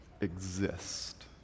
exist